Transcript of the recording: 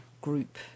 group